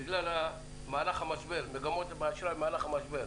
בגלל מגמות באשראי במהלך המשבר,